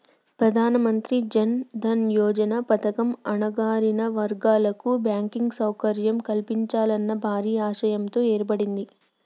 ప్రధానమంత్రి జన్ దన్ యోజన పథకం అణగారిన వర్గాల కు బ్యాంకింగ్ సౌకర్యం కల్పించాలన్న భారీ ఆశయంతో ఏర్పడింది